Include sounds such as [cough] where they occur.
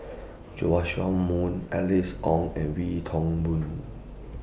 [noise] Joash Moo Alice Ong and Wee Toon Boon